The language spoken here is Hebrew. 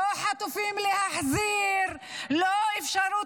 לא חטופים להחזיר, לא אפשרות